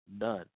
None